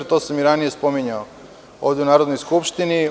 To sam i ranije spominjao ovde u Narodnoj skupštini.